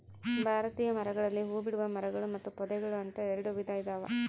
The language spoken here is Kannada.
ಭಾರತೀಯ ಮರಗಳಲ್ಲಿ ಹೂಬಿಡುವ ಮರಗಳು ಮತ್ತು ಪೊದೆಗಳು ಅಂತ ಎರೆಡು ವಿಧ ಇದಾವ